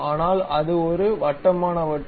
ஆனால் அது ஒரு வட்டமான வட்டு